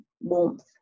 warmth